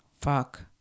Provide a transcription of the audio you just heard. Fuck